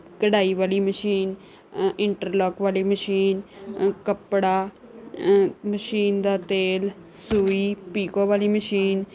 ਕਢਾਈ ਵਾਲੀ machine interlock ਵਾਲੀ ਮਸ਼ੀਨ ਕੱਪੜਾ ਮਸ਼ੀਨ ਦਾ ਤੇਲ ਸੂਈ ਪੀਕੋ ਵਾਲੀ ਮਸ਼ੀਨ